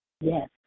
Yes